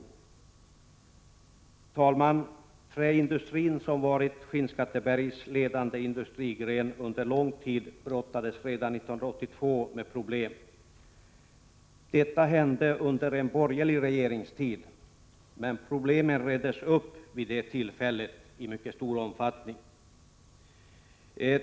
Herr talman! Träindustrin, som har varit Skinnskattebergs ledande industrigren under lång tid, brottades redan 1982 med problem. Det var under borgerlig regeringstid. Men problemen reddes upp i mycket stor omfattning vid det tillfället.